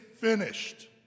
finished